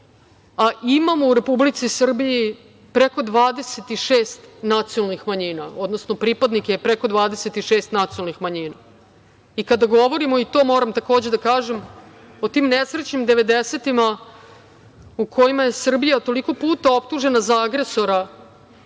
a imamo u Republici Srbiji preko 26 nacionalnih manjina, odnosno pripadnike, preko 26 nacionalnih manjina. Kada govorimo, to moram takođe da kažem, o tim nesrećnim 90-tim u kojima je Srbija toliko puta optužena za agresora,